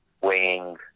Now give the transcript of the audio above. weighing